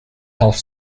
health